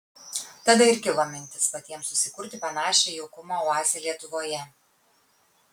tada ir kilo mintis patiems susikurti panašią jaukumo oazę lietuvoje